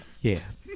Yes